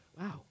wow